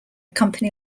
company